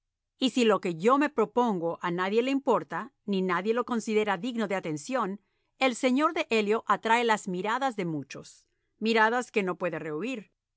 y si lo que yo me propongo a nadie le importa ni nadie lo considera digno de atención el señor de elliot atrae las miradas de muchos miradas que no puede rehuir